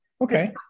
Okay